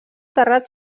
terrat